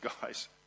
guys